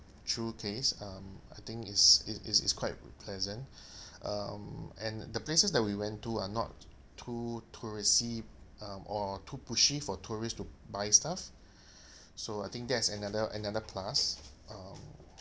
through case um I think is is is is quite pleasant um and the places that we went to are not too touristy um or too pushy for tourist to buy stuff so I think that's another another plus